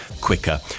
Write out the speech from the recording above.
quicker